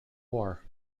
war